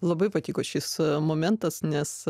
labai patiko šis momentas nes